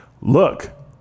look